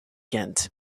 ghent